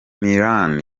milan